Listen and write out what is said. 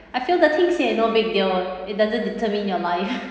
I feel the things here no big deal it doesn't determine your life